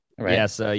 Yes